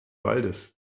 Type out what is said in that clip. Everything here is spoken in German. waldes